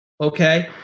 okay